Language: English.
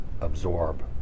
absorb